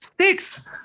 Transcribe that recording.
Six